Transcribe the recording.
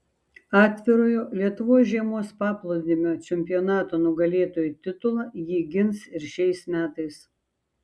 atvirojo lietuvos žiemos paplūdimio čempionato nugalėtojų titulą ji gins ir šiais metais